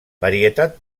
varietat